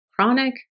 chronic